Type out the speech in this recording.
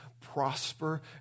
prosper